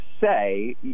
say